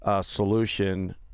solution